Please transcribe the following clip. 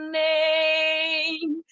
name